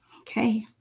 Okay